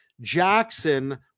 Jackson